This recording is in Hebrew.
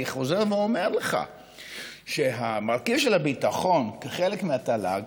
אני חוזר ואומר לך שהמרכיב של הביטחון כחלק מהתל"ג